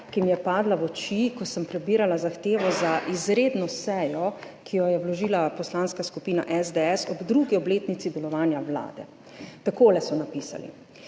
ki mi je padla v oči, ko sem prebirala zahtevo za izredno sejo, ki jo je vložila Poslanska skupina SDS ob drugi obletnici delovanja vlade. Takole so napisali: